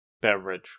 beverage